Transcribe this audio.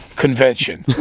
convention